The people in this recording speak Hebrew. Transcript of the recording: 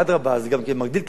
זה גם מגדיל תיירות,